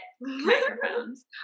microphones